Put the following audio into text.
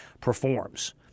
performs